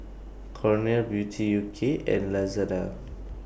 Cornell Beauty U K and Lazada